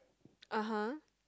(uh huh)